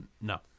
no